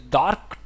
dark